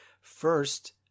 First